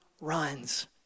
runs